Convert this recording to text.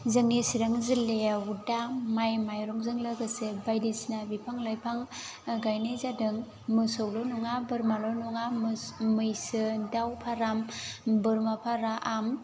जोंनि चिरां जिल्लायाव दा माइ माइरंजों लोगोसे बायदिसिना बिफां लाइफां गायनाय जादों मोसौल' नङा बोरमाल' नङा मो मैसो दाउ फाराम बोरमा फाराम